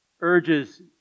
urges